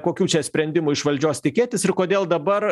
kokių čia sprendimų iš valdžios tikėtis ir kodėl dabar